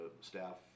staff